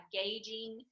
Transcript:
gauging